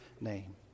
name